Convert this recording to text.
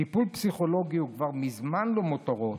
טיפול פסיכולוגי הוא כבר מזמן לא מותרות,